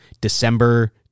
December